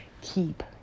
Keep